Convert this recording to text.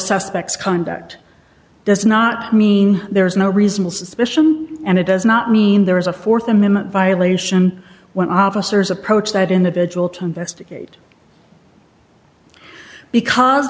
suspects conduct does not mean there is no reasonable suspicion and it does not mean there is a th amendment violation when officers approach that individual to investigate because